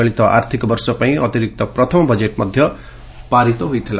ଚଳିତ ଆର୍ଥିକବର୍ଷ ପାଇଁ ଅତିରିକ୍ତ ପ୍ରଥମ ବଜେଟ୍ ମଧ୍ୟ ପାରିତ ହୋଇଥିଲା